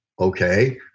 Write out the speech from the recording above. okay